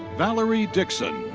valerie dixon.